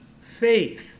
faith